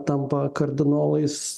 tampa kardinolais